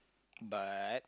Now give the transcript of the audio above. but